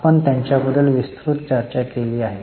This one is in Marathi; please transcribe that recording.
आपण त्यांच्याबद्दल विस्तृत चर्चा केली आहे